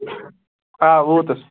آ ووتُس